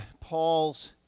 Paul's